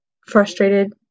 frustrated